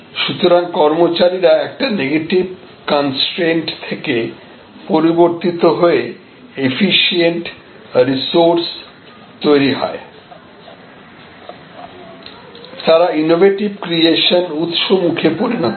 সুতরাং কর্মচারীরা একটা নেগেটিভ কনস্ট্রেনট থেকে পরিবর্তিত হয়ে এফিশিয়েন্ট রিসোর্স তৈরি হয় তারা ইনোভেটিভ ক্রিয়েশন উৎসমুখে পরিণত হয়